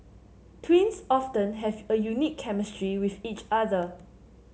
twins often have a unique chemistry with each other